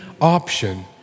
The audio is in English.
option